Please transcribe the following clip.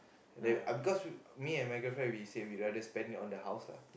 and then uh because me and my girlfriend we say we rather spend it on the house lah